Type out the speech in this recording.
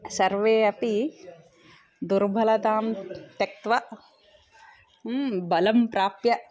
सर्वे अपि दुर्बलतां त्यक्त्वा बलं प्राप्य